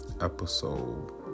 episode